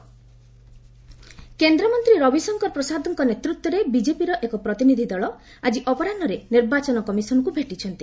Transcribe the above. BJP ଇସି କେନ୍ଦ୍ରମନ୍ତ୍ରୀ ରବିଶଙ୍କର ପ୍ରସାଦଙ୍କ ନେତୃତ୍ୱରେ ବିଜେପିର ଏକ ପ୍ରତିନିଧିଦଳ ଆକି ଅପରାହ୍ୱରେ ନିର୍ବାଚନ କମିଶନଙ୍କୁ ଭେଟିଛନ୍ତି